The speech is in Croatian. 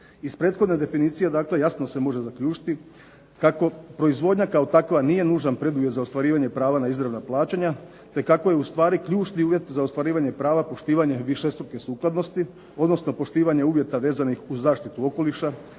Iz prethodne definicije jasno se može zaključiti kako proizvodnja kao takva nije nužan preduvjet za ostvarivanja prava na izravna plaćanja te kako je ustvari ključni uvjet za ostvarivanje prava poštivanje višestruke sukladnosti, odnosno poštivanje uvjeta vezanih uz zaštitu okoliša,